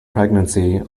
pregnancy